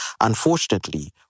Unfortunately